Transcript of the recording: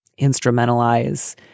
instrumentalize